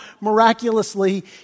miraculously